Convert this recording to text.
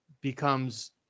becomes